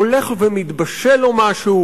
הולך ומתבשל לו משהו,